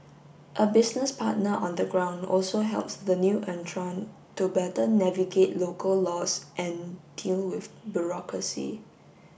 a business partner on the ground also helps the new entrant to better navigate local laws and deal with bureaucracy